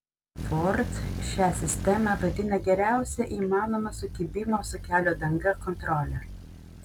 ford šią sistemą vadina geriausia įmanoma sukibimo su kelio danga kontrole